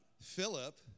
Philip